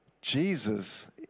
Jesus